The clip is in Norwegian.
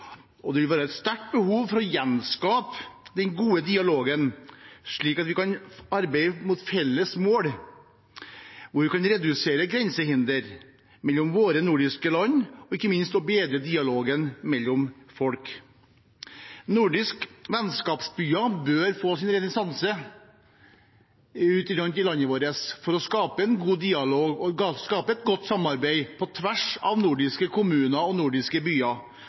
og det vil være et sterkt behov for å gjenskape den gode dialogen, slik at vi kan arbeide mot felles mål, hvor vi kan redusere grensehindre mellom våre nordiske land og ikke minst bedre dialogen mellom folk. Nordiske vennskapsbyer bør få sin renessanse rundt om i landet vårt for å skape en god dialog og et godt samarbeid på tvers av nordiske kommuner og nordiske byer